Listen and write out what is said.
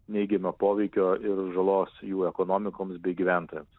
neigiamo poveikio ir žalos jų ekonomikoms bei gyventojams